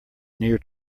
near